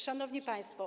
Szanowni Państwo!